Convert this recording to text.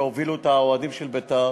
שהוביל את האוהדים של "בית"ר",